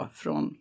från